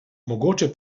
mogoče